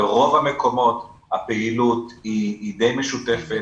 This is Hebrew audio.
ברוב המקומות הפעילות היא די משותפת,